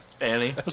Annie